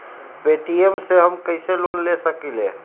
Paytm से हम कईसे लोन ले सकीले?